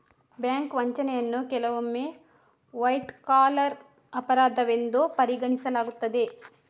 bank ವಂಚನೆಯನ್ನು ಕೆಲವೊಮ್ಮೆ white collar ಅಪರಾಧವೆಂದು ಪರಿಗಣಿಸಲಾಗುತ್ತದೆ